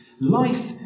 Life